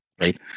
right